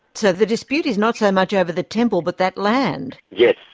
so the dispute is not so much over the temple, but that land? yes.